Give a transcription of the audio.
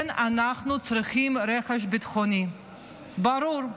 כן, אנחנו צריכים רכש ביטחוני, ברור,